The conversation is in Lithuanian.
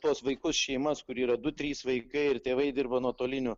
tuos vaikus šeimas kur yra du trys vaikai ir tėvai dirba nuotoliniu